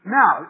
now